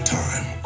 time